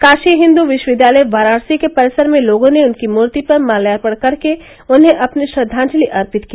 काशी हिन्दू विश्वविद्यालय वाराणसी के परिसर में लोगों ने उनकी मूर्ति पर माल्यार्पण कर के उन्हें अपनी श्रद्वांजलि अपित की